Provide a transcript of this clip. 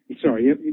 sorry